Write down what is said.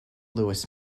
louis